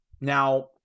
now